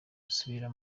basubira